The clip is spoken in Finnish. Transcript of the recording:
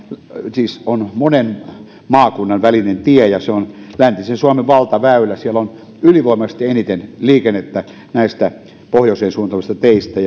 siis on monen maakunnan välinen tie ja on läntisen suomen valtaväylä siellä on ylivoimaisesti eniten liikennettä näistä pohjoiseen suuntaavista teistä